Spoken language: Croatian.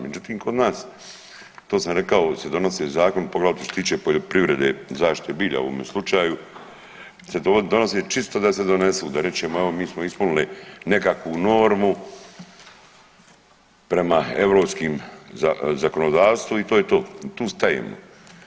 Međutim, kod nas to sam rekao se donose zakoni poglavito što se tiče poljoprivrede i zaštite bilja u ovome slučaju, se donose čisto da se donesu, da rečemo evo mi smo ispunili nekakvu normu prema europskim zakonodavstvu i to je to i tu stajemo.